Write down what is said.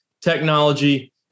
technology